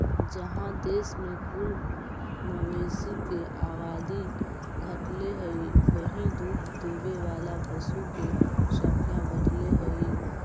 जहाँ देश में कुल मवेशी के आबादी घटले हइ, वहीं दूध देवे वाला पशु के संख्या बढ़ले हइ